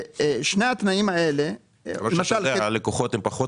שני התנאים האלה --- למרות שהלקוחות פחות